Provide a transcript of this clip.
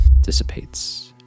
dissipates